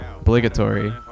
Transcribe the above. obligatory